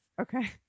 Okay